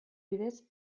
bidez